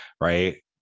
right